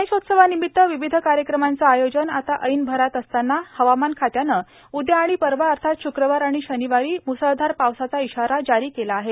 गणेशोत्सवानिमित्त विविध कार्यक्रमांचं आयोजन आता ऐन भरात असताना हवामान खात्यानं उद्या आणि परवा अर्थात शुक्रवार आणि शनिवारी म्सळधार पावसाचा इशारा जारी केला आहे